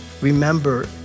remember